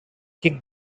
kick